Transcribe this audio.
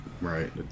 Right